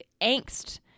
angst